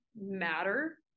matter